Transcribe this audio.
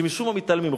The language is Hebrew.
שמשום מה מתעלמים מהם.